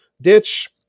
Ditch